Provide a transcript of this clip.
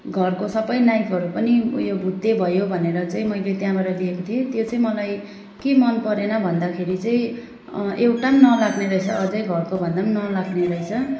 घरको सबै नाइफहरू पनि उयो भुत्ते भयो भनेर चाहिँ मैले त्यहाँबाट लिएको थिएँ त्यो चाहिँ मलाई के मनपरेन भन्दाखेरि चाहिँ एउटा पनि नलाग्ने रहेछ अझै घरको भन्दा पनि नलाग्ने रहेछ